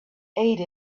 ate